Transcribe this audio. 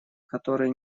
которые